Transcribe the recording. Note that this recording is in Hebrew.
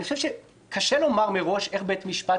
אני חושב שקשה לומר מראש איך בית המשפט